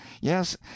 Yes